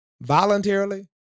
voluntarily